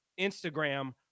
Instagram